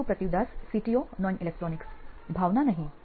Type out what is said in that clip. સુપ્રતિવ Das CTO નોઇન electronics ભાવના નહીં